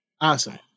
Awesome